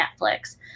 Netflix